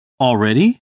Already